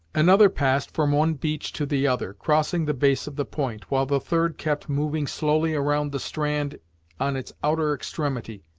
another passed from one beach to the other, crossing the base of the point, while the third kept moving slowly around the strand on its outer extremity,